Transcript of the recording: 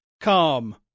calm